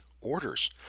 orders